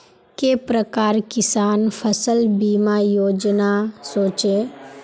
के प्रकार किसान फसल बीमा योजना सोचें?